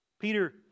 Peter